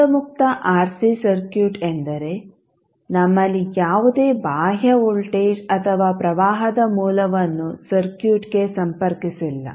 ಮೂಲ ಮುಕ್ತ RC circuit ಎಂದರೆ ನಮ್ಮಲ್ಲಿ ಯಾವುದೇ ಬಾಹ್ಯ ವೋಲ್ಟೇಜ್ ಅಥವಾ ಪ್ರವಾಹದ ಮೂಲವನ್ನು ಸರ್ಕ್ಯೂಟ್ಗೆ ಸಂಪರ್ಕಿಸಿಲ್ಲ